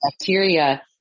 bacteria